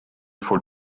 for